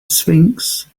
sphinx